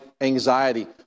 anxiety